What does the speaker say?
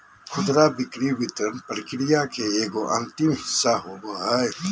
खुदरा बिक्री वितरण प्रक्रिया के एगो अंतिम हिस्सा होबो हइ